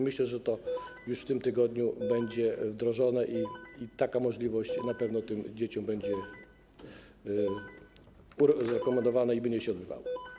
Myślę, że to już w tym tygodniu będzie wdrożone i taka możliwość na pewno tym dzieciom będzie rekomendowana, będzie się to odbywało.